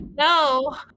no